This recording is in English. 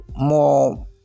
more